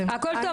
הכול טוב.